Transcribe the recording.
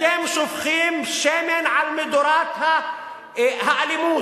אתם שופכים שמן על מדורת האלימות.